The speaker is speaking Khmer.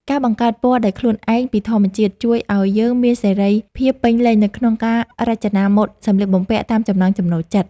ការបង្កើតពណ៌ដោយខ្លួនឯងពីធម្មជាតិ ជួយឱ្យយើងមានសេរីភាពពេញលេញនៅក្នុងការរចនាម៉ូដសម្លៀកបំពាក់តាមចំណង់ចំណូលចិត្ត។